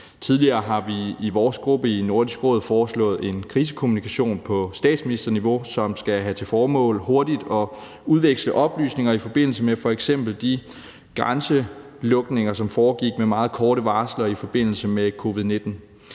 Tidligere har vi i vores gruppe i Nordisk Råd foreslået en krisekommunikation på statsministerniveau, som skal have til formål, at man hurtigt kan udveksle oplysninger i forbindelse med f.eks. de grænselukninger, som foregik med meget korte varsler i forbindelse med covid-19.